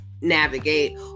navigate